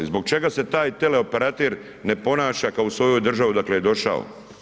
Zbog čega se taj tele operater ne ponaša kao u svojoj državi odakle je došao?